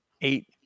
eight